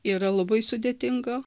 yra labai sudėtinga